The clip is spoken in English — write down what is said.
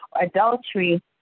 adultery